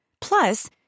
Plus